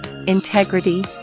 integrity